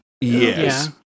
Yes